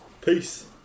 Peace